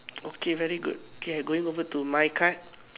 okay very good k I going over to my card